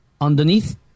underneath